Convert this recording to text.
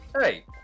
Hey